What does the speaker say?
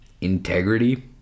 integrity